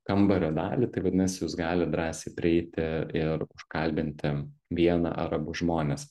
kambario dalį tai vadinasi jūs galit drąsiai prieiti ir užkalbinti vieną ar abu žmones